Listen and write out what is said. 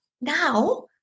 Now